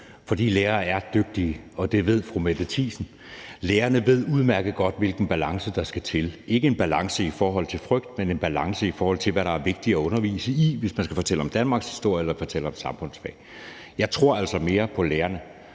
For lærere er dygtige, og det ved fru Mette Thiesen. Lærerne ved udmærket godt, hvilken balance der skal til, ikke en balance i forhold til frygt, men en balance, i forhold til hvad der er vigtigt at undervise i, hvis man skal fortælle om danmarkshistorie eller fortælle om samfundsfag. Jeg tror altså mere på lærerne,